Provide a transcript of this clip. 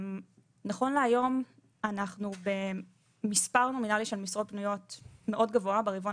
נכון להיום אנחנו במספר נומינלי של משרות פנויות מאוד גבוה ברבעון